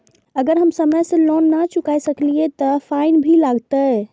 अगर हम समय से लोन ना चुकाए सकलिए ते फैन भी लगे छै?